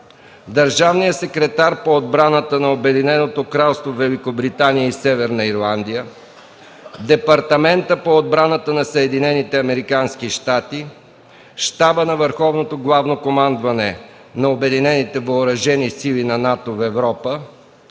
държавния секретар по отбраната на Обединеното кралство Великобритания и Северна Ирландия, Департамента по отбраната на Съединените американски щати, Щаба на Върховното главно командване на Обединените въоръжени сили на НАТО в Европа